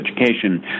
education